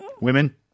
Women